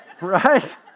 Right